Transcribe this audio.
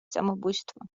samobójstwo